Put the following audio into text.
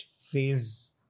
phase